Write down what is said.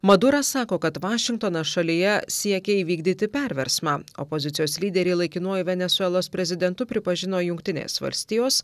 maduras sako kad vašingtonas šalyje siekia įvykdyti perversmą opozicijos lyderį laikinuoju venesuelos prezidentu pripažino jungtinės valstijos